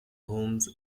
homes